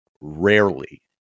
rarely